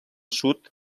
sud